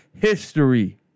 history